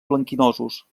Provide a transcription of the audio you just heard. blanquinosos